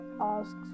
asks